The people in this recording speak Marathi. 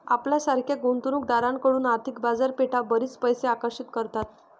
आपल्यासारख्या गुंतवणूक दारांकडून आर्थिक बाजारपेठा बरीच पैसे आकर्षित करतात